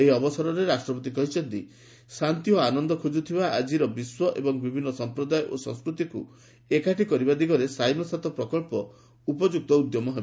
ଏହି ଅବସରରେ ରାଷ୍ଟପତି କହିଛନ୍ତି ଶାନ୍ତି ଓ ଆନନ୍ଦ ଖୋଚ୍ଚଥିବା ଆଜିର ବିଶ୍ୱ ଏବଂ ବିଭିନ୍ନ ସମ୍ପ୍ରଦାୟ ଓ ସଂସ୍କୃତିକ୍ତ ଏକାଠି କରିବା ଦିଗରେ ସାଇ ନୋ ସାତୋ ପ୍ରକଳ୍ପ ଉପଯୁକ୍ତ ଉଦ୍ୟମ ହେବ